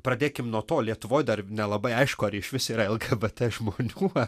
pradėkim nuo to lietuvoj dar nelabai aišku ar išvis yra lgbt žmonių